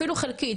אפילו חלקיק.